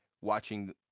watching